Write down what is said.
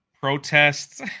protests